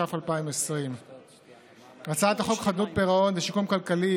התש"ף 2020. הצעת חוק חדלות פירעון ושיקום כלכלי